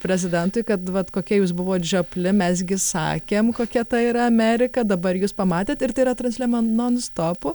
prezidentui kad vat kokie jūs buvot žiopli mes gi sakėm kokia ta yra amerika dabar jūs pamatėt ir tai yra transliuojama non stopu